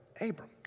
Abram